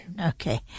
Okay